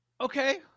Okay